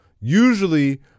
Usually